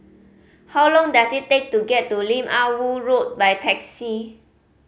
how long does it take to get to Lim Ah Woo Road by taxi